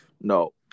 No